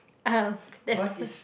uh that's